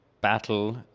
battle